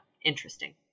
interesting